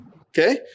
Okay